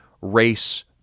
race